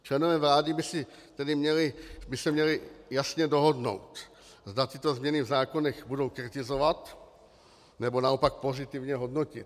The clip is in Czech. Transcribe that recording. Členové vlády by se měli jasně dohodnout, zda tyto změny v zákonech budou kritizovat, nebo naopak pozitivně hodnotit.